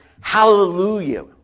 hallelujah